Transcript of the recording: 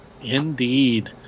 Indeed